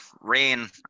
rain